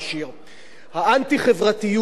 האנטי-חברתיות במס העקיף,